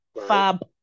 Fab